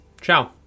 Ciao